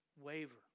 waver